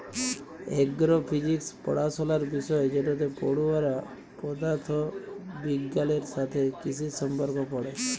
এগ্র physics পড়াশলার বিষয় যেটতে পড়ুয়ারা পদাথথ বিগগালের সাথে কিসির সম্পর্ক পড়ে